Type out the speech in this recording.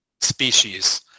species